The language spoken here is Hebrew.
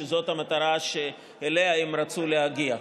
זאת המטרה שאליה הם רצו להגיע.